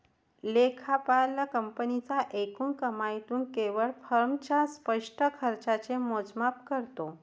लेखापाल कंपनीच्या एकूण कमाईतून केवळ फर्मच्या स्पष्ट खर्चाचे मोजमाप करतो